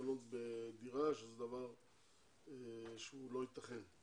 בנות בדירה, שזה דבר שהוא לא ייתכן.